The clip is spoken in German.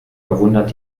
verwundert